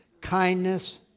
kindness